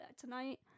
tonight